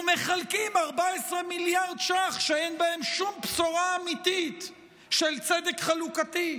ומחלקים 14 מיליארד ש"ח שאין בהם שום בשורה אמיתית של צדק חלוקתי.